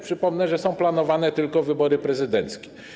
Przypomnę, że są planowane tylko wybory prezydenckie.